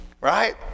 Right